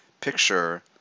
picture